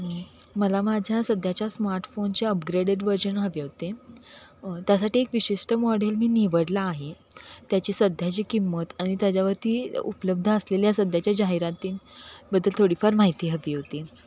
मला माझ्या सध्याच्या स्मार्टफोनचे अपग्रेडेड व्हर्जन हवे होते त्यासाठी एक विशिष्ट मॉडेल मी निवडला आहे त्याची सध्याची किंमत आणि त्याच्यावरती उपलब्ध असलेल्या सध्याच्या जाहिरातीबद्दल थोडीफार माहिती हवी होती